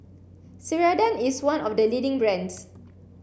Ceradan is one of the leading brands